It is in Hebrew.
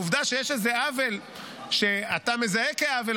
העובדה שיש איזה עוול שאתה מזהה כעוול,